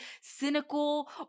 cynical